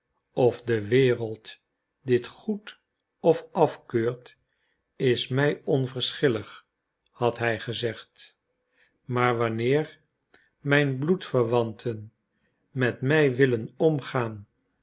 of de wereld dit goed of afkeurt is mij onverschillig had hij gezegd maar wanneer mijn bloedverwanten met mij willen omgaan